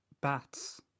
bats